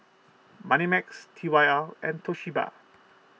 Moneymax T Y R and Toshiba